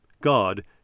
God